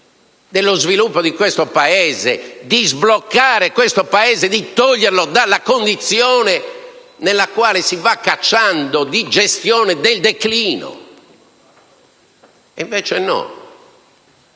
dello sviluppo di questo Paese, di sbloccare questo Paese, di toglierlo dalla condizione nella quale si va cacciando della gestione del declino. E invece no: